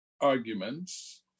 arguments